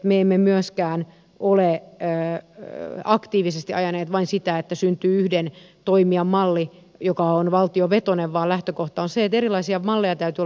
me emme myöskään ole aktiivisesti ajaneet vain sitä että syntyy yhden toimijan malli joka on valtiovetoinen vaan lähtökohta on se että erilaisia malleja täytyy olla pöydällä